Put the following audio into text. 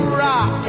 rock